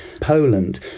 Poland